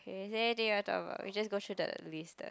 is there anything you want talk about we just go through the list the